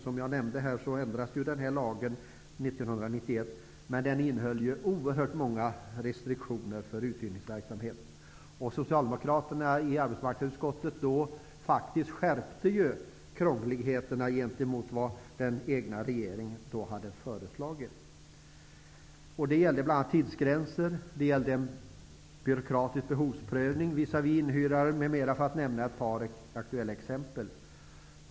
Som jag nämnde ändrades lagen 1991, men den innehöll oerhört många restriktioner för uthyrningsverksamhet. Socialdemokraterna i arbetsmarknadsutskottet skärpte faktiskt krångligheterna gentemot vad den egna regeringen hade föreslagit. Det gällde tidsgränser och byråkratisk behovsprövning visavi inhyrare, för att nämna ett par aktuella exempel.